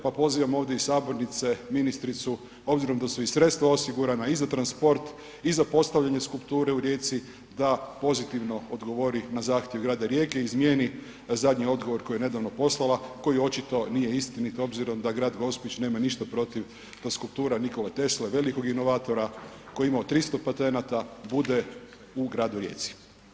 Pa pozivam ovdje iz sabornice ministricu obzirom da su sredstva osigurana i za transport i za postavljanje skulpture u Rijeci da pozitivno odgovori na zahtjev grada Rijeke i izmijeni zadnji odgovor koji je nedavno poslala koji očito nije istinit obzirom da grad Gospić nema ništa protiv da skulptura Nikole Tesle velikog inovatora koji je imao 300 patenata bude u gradu Rijeci.